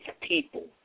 people